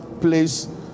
place